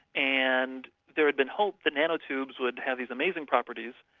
and there has been hope the nanotubes would have these amazing properties,